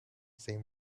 same